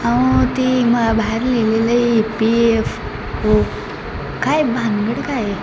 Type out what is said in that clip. अहो ती म बाहेर लिहिलेलं आहे ई पी एफ ओ काय भानगड काय आहे